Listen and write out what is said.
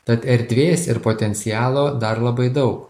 tad erdvės ir potencialo dar labai daug